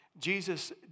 Jesus